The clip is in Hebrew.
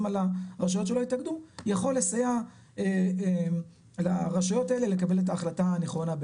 על הרשויות שלא התאגדו יכול לסייע לרשויות האלה לקבל את ההחלטה הנכונה.